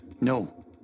No